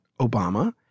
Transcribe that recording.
Obama